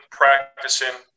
practicing